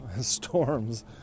storms